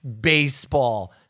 baseball